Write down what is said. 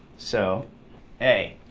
so a